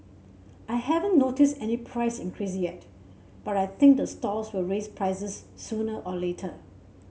I haven't noticed any price increase yet but I think the stalls will raise prices sooner or later